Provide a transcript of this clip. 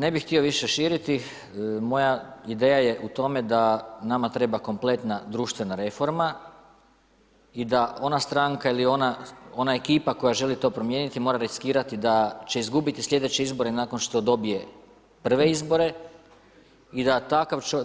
Ne bih htio više širiti, moja ideja je u tome da nama treba kompletna društvena reforma i da ona stranka ili ona ekipa koja želi to promijeniti, mora riskirati da će izgubiti slijedeće izbore nakon što dobije prve izbore i da